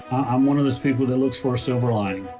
i'm one of those people that looks for a silver lining.